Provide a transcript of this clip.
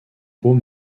haut